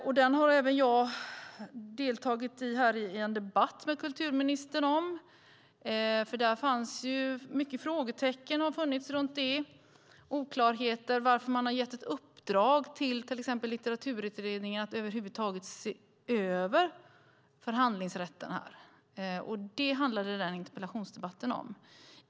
Även jag har deltagit i en debatt med kulturministern om den. Många frågetecken har funnits runt den, oklarheter om varför man har gett uppdrag till exempel till Litteraturutredningen att över huvud taget se över förhandlingsrätterna. Det handlade den interpellationsdebatten om.